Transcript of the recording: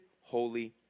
Holy